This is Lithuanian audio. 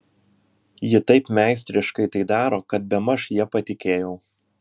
ji taip meistriškai tai daro kad bemaž ja patikėjau